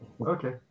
Okay